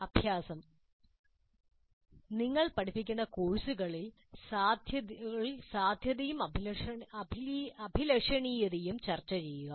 അഭ്യാസം നിങ്ങൾ പഠിപ്പിക്കുന്ന കോഴ്സുകളിൽ സാധ്യതയും അഭിലഷണീയതയും ചർച്ച ചെയ്യുക